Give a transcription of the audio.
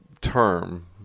term